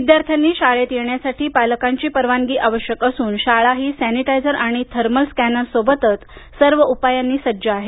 विद्यार्थांनी शाळेत येण्यासाठी पालकांची परवानगी आवश्यक असून शाळाही सॅनिटायझर आणि थर्मल स्कॅनर सोबतच सर्व उपायांनी सज्ज आहेत